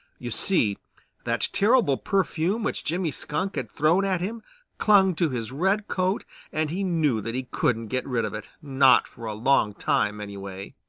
you see that terrible perfume which jimmy skunk had thrown at him clung to his red coat and he knew that he couldn't get rid of it, not for a long time anyway.